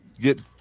get